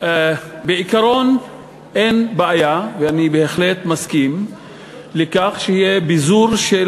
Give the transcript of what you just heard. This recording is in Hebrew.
בעיקרון אין בעיה ואני בהחלט מסכים לכך שיהיה ביזור של